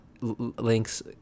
links